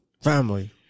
Family